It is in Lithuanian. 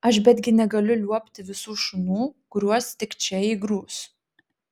aš betgi negaliu liuobti visų šunų kuriuos tik čia įgrūs